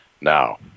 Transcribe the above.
now